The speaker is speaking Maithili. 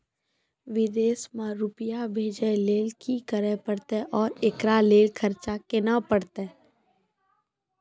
विदेश मे रुपिया भेजैय लेल कि करे परतै और एकरा लेल खर्च केना परतै?